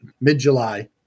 Mid-July